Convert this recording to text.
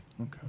Okay